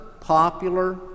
popular